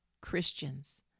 Christians